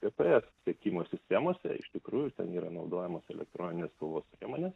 gps sekimo sistemose iš tikrųjų ten yra naudojamos elektroninės kovos priemonės